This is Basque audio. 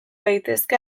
daitezke